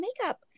makeup